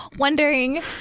Wondering